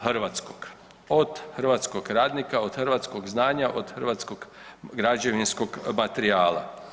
hrvatskog, od hrvatskog radnika, od hrvatskog znanja, od hrvatskog građevinskog materijala.